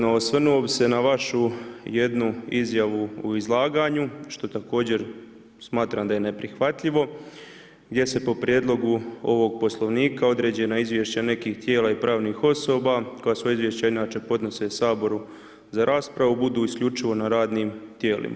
No, osvrnuo bih se na vašu jednu izjavu u izlaganju što također smatram da je neprihvatljivo jer se po prijedlogu ovog Poslovnika određena izvješća nekih tijela i pravnih osoba, koja su izvješća inače podnose Saboru za raspravu budu isključivo na radnim tijelima.